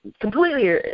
completely